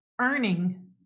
earning